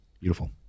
Beautiful